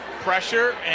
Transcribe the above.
pressure